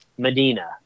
Medina